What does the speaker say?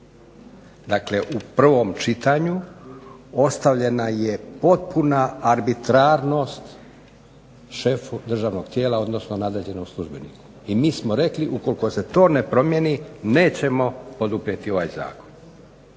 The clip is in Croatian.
Dakle, u prvom čitanju ostavljena je potpuna arbitrarnost šefu državnog tijela, odnosno nadređenom službeniku i mi smo rekli ukoliko se to ne promijeni nećemo poduprijeti ovaj zakon.